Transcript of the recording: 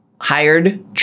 hired